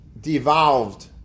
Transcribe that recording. devolved